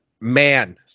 man